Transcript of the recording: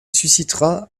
suscitera